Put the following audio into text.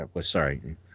Sorry